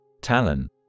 Talon